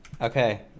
okay